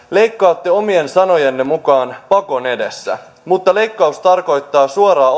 leikkaatte omien sanojenne mukaan pakon edessä mutta leikkaus tarkoittaa suoraa